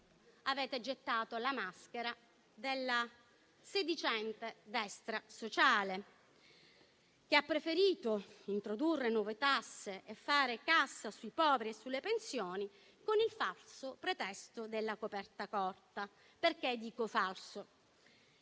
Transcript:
avete gettato la maschera della sedicente destra sociale, che ha preferito introdurre nuove tasse e fare cassa sui poveri e sulle pensioni con il falso pretesto della coperta corta. Perché dico falso?